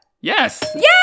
Yes